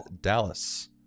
Dallas